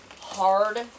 Hard